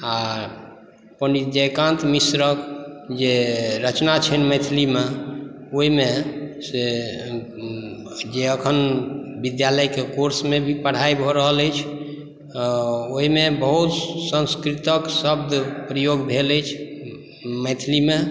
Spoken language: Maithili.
आ पंडित जयकांत मिश्रक जे रचना छनि मैथिलीमे ओहिमे से जे अखन विद्यालयक कोर्स मे भी पढ़ाइ भऽ रहल अछि ओहिमे बहुत संस्कृतक शब्द प्रयोग भेल अछि मैथिलीमे